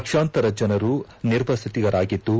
ಲಕ್ಷಾಂತರ ಜನರು ನಿರ್ವಸತಿಗರಾಗಿದ್ದು